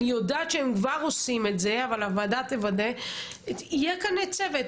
אני יודעת שהם כבר עושים את זה אבל הוועדה תוודא - יהיה כאן צוות.